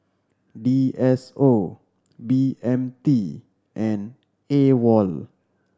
D S O B M T and AWOL